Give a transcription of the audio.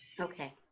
okay